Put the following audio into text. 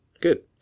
good